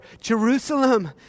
Jerusalem